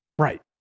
Right